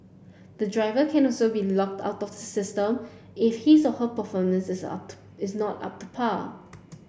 the driver can also be locked out of the system if his or her performance out is not up to par